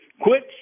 quit